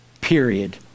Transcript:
Period